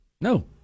No